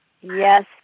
Yes